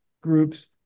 groups